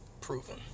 proven